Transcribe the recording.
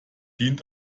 dient